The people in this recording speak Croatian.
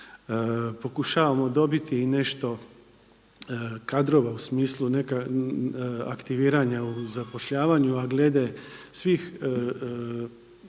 Pokušavamo dobiti i nešto kadrova u smislu aktiviranja u zapošljavanju, a glede svih